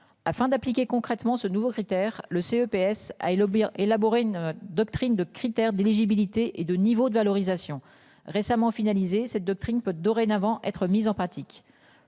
afin d'appliquer concrètement ce nouveau critère le CE PS. Élaborer une doctrine de critères d'éligibilité et de niveau de valorisation récemment finalisé cette doctrine peut dorénavant être mise en pratique